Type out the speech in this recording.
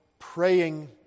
praying